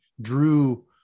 drew